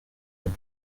have